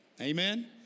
Amen